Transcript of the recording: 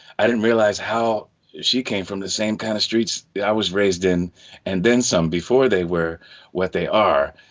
i didn't realize how she came from the same kind of streets. i was raised in and then some before they were what they are.